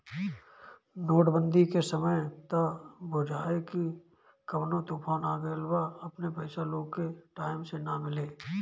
note बंदी के समय त बुझाए की कवनो तूफान आ गईल बा अपने पईसा लोग के टाइम से ना मिले